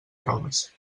proves